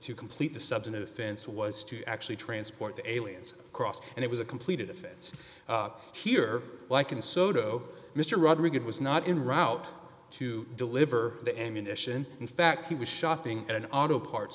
to complete the subject of offense was to actually transport the aliens cross and it was a completed offense up here like an soto mr rodriguez was not in route to deliver the ammunition in fact he was shopping at an auto parts